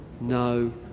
no